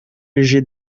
léger